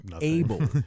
able